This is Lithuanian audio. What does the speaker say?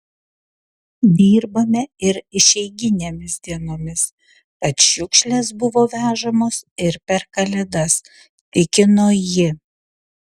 dirbame ir išeiginėmis dienomis tad šiukšlės buvo vežamos ir per kalėdas tikino ji